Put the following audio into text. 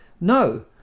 no